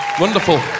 Wonderful